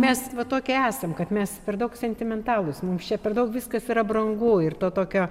mes va tokie esam kad mes per daug sentimentalūs mums čia per daug viskas yra brangu ir to tokio